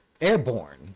airborne